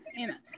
Amen